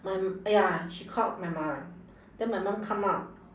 my m~ ya she called my mum then my mum come out